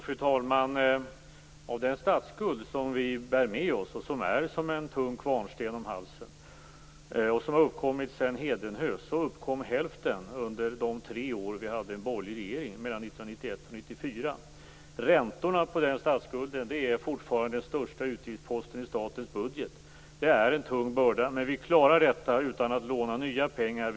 Fru talman! Av den statsskuld som vi bär med oss som en tung kvarnsten runt halsen - och som funnits sedan Hedenhös - uppkom hälften under de tre år det var en borgerlig regering, dvs. 1991-1994. Räntorna på den statsskulden är fortfarande den största utgiftsposten i statens budget. Det är en tung börda. Men vi klarar detta utan att låna nya pengar.